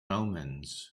omens